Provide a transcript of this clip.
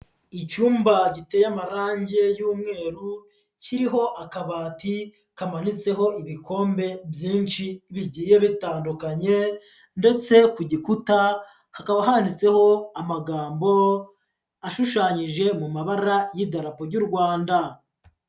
Icyumba giteye amarangi y'umweru, kiriho akabati kamanitseho ibikombe byinshi bigiye bitandukanye ndetse ku gikuta hakaba handitseho amagambo ashushanyije mu mabara y'Idarapo ry'u Rwanda.